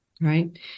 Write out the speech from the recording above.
Right